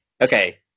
Okay